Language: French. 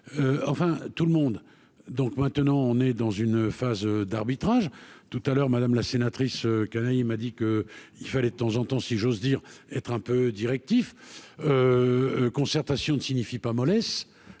enfin tout le monde, donc maintenant on est dans une phase d'arbitrage tout à l'heure, madame la sénatrice, il m'a dit que il fallait de temps en temps, si j'ose dire, être un peu directif concertation ne signifie pas mollesse